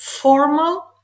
formal